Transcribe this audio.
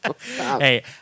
Hey